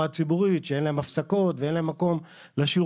הציבורית שאין להם הפסקות ואין להם מקום לשירותים,